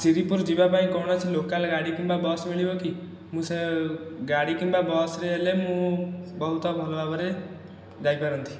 ସିରିପୁର ଯିବା ପାଇଁ କୌଣସି ଲୋକାଲ ଗାଡ଼ି କିମ୍ବା ବସ ମିଳିବ କି ମୁଁ ସେ ଗାଡ଼ି କିମ୍ବା ବସରେ ହେଲେ ମୁଁ ବହୁତ ଭଲଭାବରେ ଯାଇପାରନ୍ତି